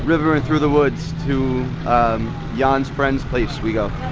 river and through the woods to jan's friend's place we go.